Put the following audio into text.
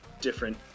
different